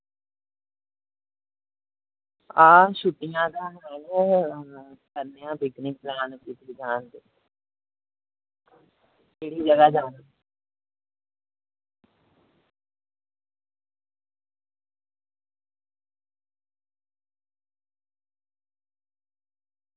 हां छुट्टियां ते हैन दिक्खने आं पिकनिक मनानी पिकनिक मनानी ते केह्ड़ी जगह जाना